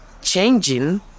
changing